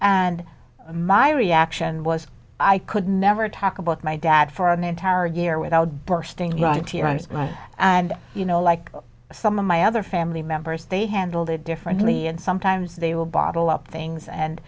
and my reaction was i could never talk about my dad for an entire year without bursting and you know like some of my other family members they handled it differently and sometimes they will bottle up things and